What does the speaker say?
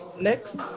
Next